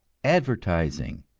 advertising.